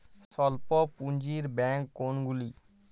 স্বল্প পুজিঁর ব্যাঙ্ক কোনগুলি?